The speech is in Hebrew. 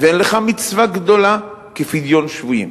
ואין לך מצווה גדולה כפדיון שבויים,